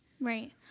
right